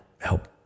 help